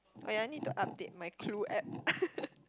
oh ya I need to update my clue app